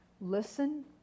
listen